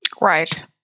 Right